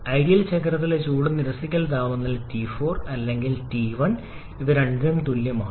ideal ചക്രത്തിലെ ചൂട് നിരസിക്കൽ പ്രക്രിയയിൽ താപനില T4 അല്ലെങ്കിൽ T1 രണ്ടും തുല്യമാണ്